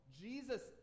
Jesus